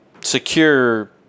secure